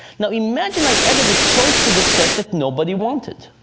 imagine i added a choice to the set that nobody wanted.